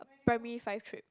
primary five trip